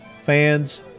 fans